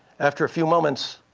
after a few moments,